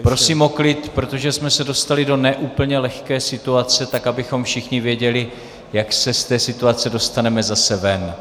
Prosím o klid, protože jsme se dostali do ne úplně lehké situace, tak abychom všichni věděli, jak se z té situace dostaneme zase ven.